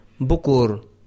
Bukur